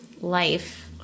Life